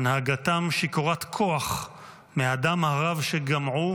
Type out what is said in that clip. הנהגתם שיכורת כוח מהדם הרב שגמעו,